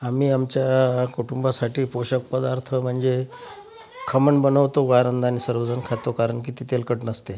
आम्ही आमच्या कुटुंबासाठी पोषक पदार्थ म्हणजे खमण बनवतो वारंदान सर्वजण खातो कारण की ते तेलकट नसते